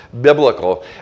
biblical